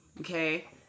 Okay